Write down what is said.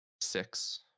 Six